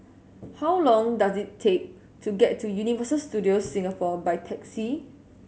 how long does it take to get to Universal Studios Singapore by taxi